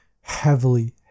heavily